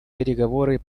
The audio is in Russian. переговоры